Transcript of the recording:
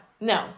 no